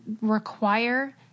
require